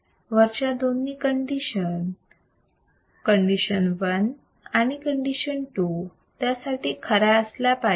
वरच्या दोन्ही condition condition one आणि कंडिशन टू त्यासाठी खऱ्या असल्या पाहिजेत